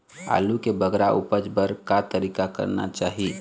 आलू के बगरा उपज बर का तरीका करना चाही?